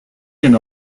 and